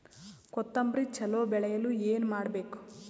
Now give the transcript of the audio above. ಕೊತೊಂಬ್ರಿ ಚಲೋ ಬೆಳೆಯಲು ಏನ್ ಮಾಡ್ಬೇಕು?